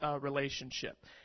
relationship